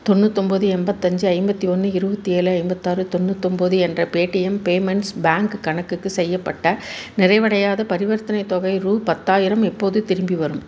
தொண்ணூத்தொம்பது எம்பத்தஞ்சு ஐம்பத்து ஒன்று இருபத்தி ஏழு ஐம்பத்தாறு தொண்ணூத்தொம்பது என்ற பேடிஎம் பேமெண்ட்ஸ் பேங்க் கணக்குக்கு செய்யப்பட்ட நிறைவடையாத பரிவர்த்தனைத் தொகை ரூபா பத்தாயிரம் எப்போது திரும்பி வரும்